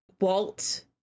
Walt